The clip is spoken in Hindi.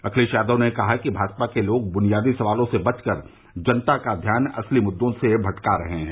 अखिलेश यादव ने कहा कि भाजपा के लोग बुनियादी सवालों से बचकर जनता का ध्यान असली मुद्रों से भटका रहे हैं